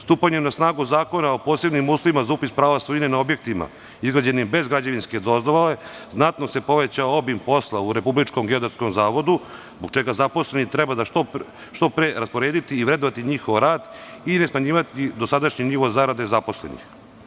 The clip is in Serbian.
Stupanjem na snagu Zakona o posebnim uslovima za upis prava svojine na objektima izgrađenim bez građevinske dozvole znatno se povećao posla u RGZ zbog čega zaposleni treba što pre raspodeliti i vrednovati njegov rad i nesmanjivati dosadašnji nivo zarade zaposlenih.